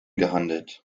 gehandelt